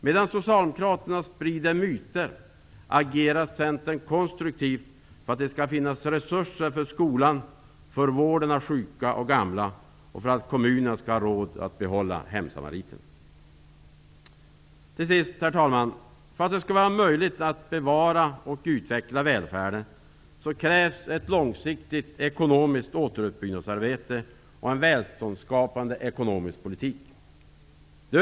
Medan socialdemokraterna bara sprider myter agerar Centern konstruktivt för att det skall finnas resurser för skolan, för vården av sjuka och gamla och för att kommunerna skall ha råd att behålla hemsamariterna. Till sist, herr talman, för att det skall vara möjligt att bevara och utveckla välfärden krävs ett långsiktigt ekonomiskt återuppbyggnadsarbete och en välståndsskapande ekonomisk politik.